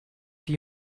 die